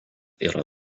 yra